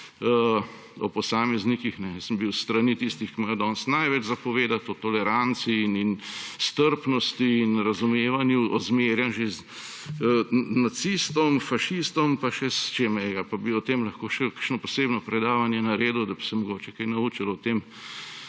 o posameznikih – jaz sem bil s strani tistih, ki imajo danes največ povedati o toleranci in strpnosti in razumevanju, ozmerjan že z nacistom, fašistom, pa še s čim, pa bi o tem lahko še kakšno posebno predavanje naredil, da bi se mogoče kaj naučili o tem,